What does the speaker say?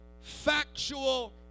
factual